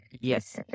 Yes